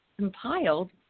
compiled